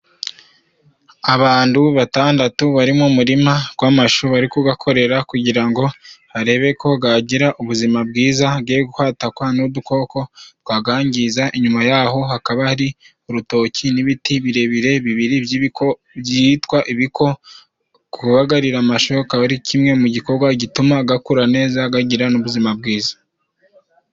Abantu batandatu bari mu murima w'amashu bari kuyakorera kugira ngo barebe ko yagira ubuzima bwiza, yekwatakwa n'udukoko twayangiza. Inyuma yaho hakaba hari urutoki n'ibiti birebire bibiri by'ibiko, byitwa ibiko. Kubagarira amashu akaba ari kimwe mu gikorwa gituma akura neza, agira n'ubuzima bwiza.